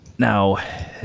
Now